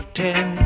ten